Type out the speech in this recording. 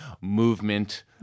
movement